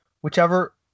whichever